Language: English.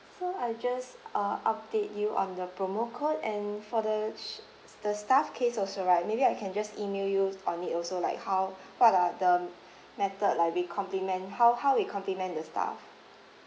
so I just uh update you on the promo code and for the sh~ the staff case also right maybe I can just email you on it also like how what are the method like we compliment how how we compliment the staff